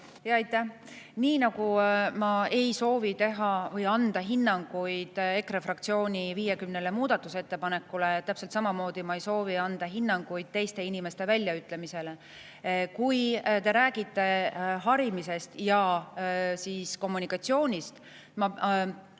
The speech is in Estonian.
on? Aitäh! Nii nagu ma ei soovi anda hinnanguid EKRE fraktsiooni 50 muudatusettepanekule, täpselt samamoodi ma ei soovi anda hinnanguid teiste inimeste väljaütlemistele. Kui te räägite harimisest ja kommunikatsioonist, siis